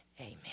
Amen